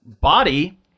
body